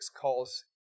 calls